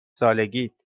سالگیت